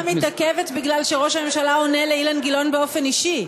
ההצבעה מתעכבת בגלל שראש הממשלה עונה לאילן גילאון באופן אישי.